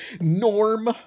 Norm